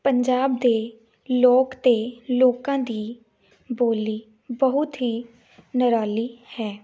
ਪੰਜਾਬ ਦੇ ਲੋਕ ਅਤੇ ਲੋਕਾਂ ਦੀ ਬੋਲੀ ਬਹੁਤ ਹੀ ਨਿਰਾਲੀ ਹੈ